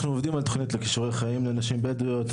אנחנו עובדים על תוכנית כישורי חיים לנשים בדואיות,